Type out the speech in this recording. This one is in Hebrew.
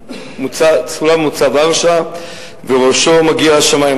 סולם מוצב ארצה וראשו מגיע השמימה,